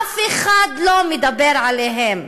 אף אחד לא מדבר עליהן.